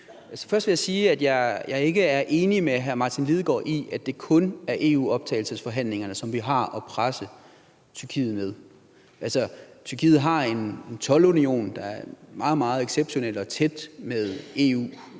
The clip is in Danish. Først vil jeg sige, at jeg ikke er enig med hr. Martin Lidegaard i, at det kun er EU-optagelsesforhandlingerne, som vi har at presse Tyrkiet med. Tyrkiet har en toldunion, der er meget, meget exceptionel og tæt forbundet